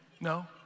no